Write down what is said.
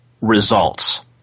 results